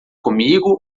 comigo